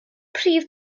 prif